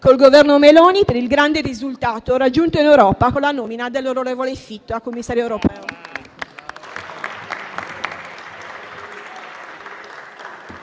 col Governo Meloni per il grande risultato raggiunto in Europa con la nomina dell'onorevole Fitto a commissario europeo.